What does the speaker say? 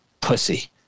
pussy